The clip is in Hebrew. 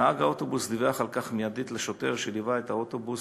נהג האוטובוס דיווח על כך מיידית לשוטר שליווה את האוטובוס,